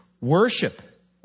Worship